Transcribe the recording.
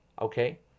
Okay